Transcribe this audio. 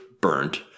burned